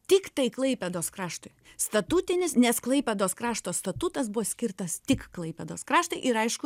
tiktai klaipėdos kraštui statutinis nes klaipėdos krašto statutas buvo skirtas tik klaipėdos kraštui ir aišku